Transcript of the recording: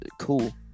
cool